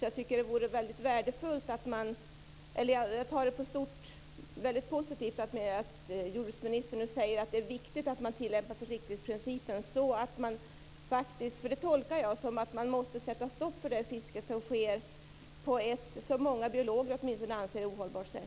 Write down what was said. Jag ser det som positivt att jordbruksministern nu säger att det är viktigt att man tillämpar försiktighetsprincipen. Jag tolkar det så att man måste sätta stopp för det fiske som sker på ett sätt som åtminstone många biologer anser ohållbart.